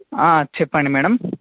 చెప్పండి మ్యాడమ్